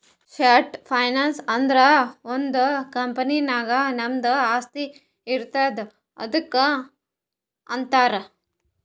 short finance ಅಂದುರ್ ಒಂದ್ company ನಾಗ್ ನಮ್ದು ಆಸ್ತಿ ಇರ್ತುದ್ ಅದುಕ್ಕ ಅಂತಾರ್